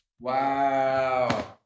Wow